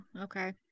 okay